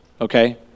okay